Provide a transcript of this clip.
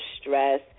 stress